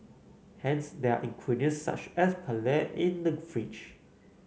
hence there are ingredients such as paella in the fridge